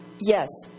Yes